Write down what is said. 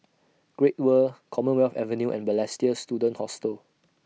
Great World Commonwealth Avenue and Balestier Student Hostel